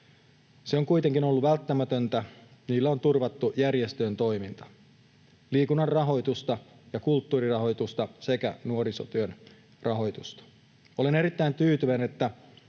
Se on kuitenkin ollut välttämätöntä: niillä on turvattu järjestöjen toimintaa, liikunnan rahoitusta ja kulttuurirahoitusta sekä nuorisotyön rahoitusta. Olen erittäin tyytyväinen, että